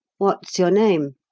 what's your name?